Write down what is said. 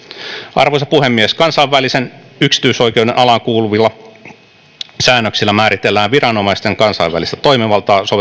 arvoisa puhemies kansainvälisen yksityisoikeuden alaan kuuluvilla säännöksillä määritellään viranomaisten kansainvälistä toimivaltaa